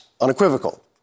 unequivocal